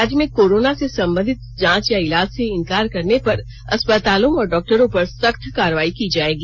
राज्य में कोरोना से संबंधित जांच या इलाज से इनकार करने पर अस्पतालों और डॉक्टरों पर सख्त कार्रवाई की जायेगी